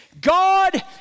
God